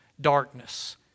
darkness